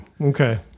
Okay